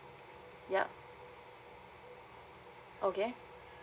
yup okay